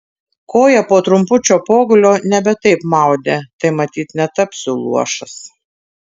koją po trumpučio pogulio nebe taip maudė tai matyt netapsiu luošas